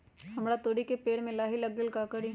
हमरा तोरी के पेड़ में लाही लग गेल है का करी?